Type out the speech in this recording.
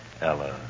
Ella